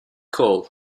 cole